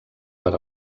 per